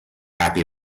happy